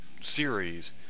series